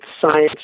science